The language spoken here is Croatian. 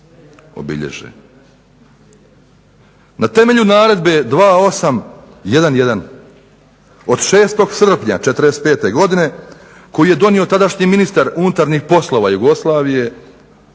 obilježe. Na temelju naredbe 2811 od 6. srpnja '45. godine, koji je donio tadašnji ministar unutarnjih poslova Jugoslavije